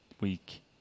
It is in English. week